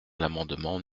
l’amendement